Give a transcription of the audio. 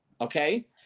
okay